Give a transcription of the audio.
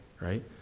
right